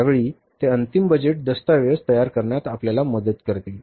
त्यावेळी ते अंतिम बजेट दस्तऐवज तयार करण्यात आपल्याला मदत करतील